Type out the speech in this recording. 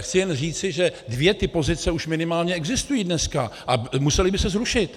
Chci jen říci, že dvě ty pozice už minimálně existují dneska a musely by se zrušit.